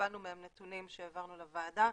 קיבלנו מהם נתונים שהעברנו לוועדה,